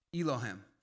Elohim